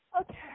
Okay